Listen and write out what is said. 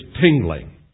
tingling